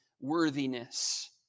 worthiness